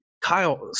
Kyle